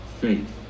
faith